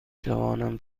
توانم